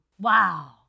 Wow